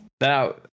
Now